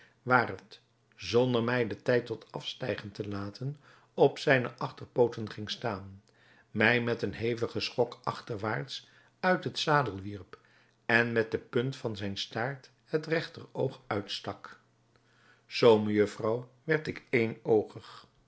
waar het zonder mij den tijd tot afstijgen te laten op zijne achterpooten ging staan mij met een hevigen schok achterwaarts uit den zadel wierp en met de punt van zijn staart het regteroog uitstak zoo mejufvrouw werd ik éénoogig